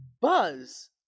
buzz